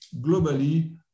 globally